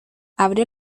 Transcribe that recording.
abrió